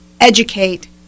educate